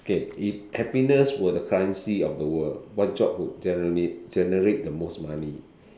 okay if happiness were the currency of the world what job will generate generate the most money